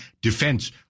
defense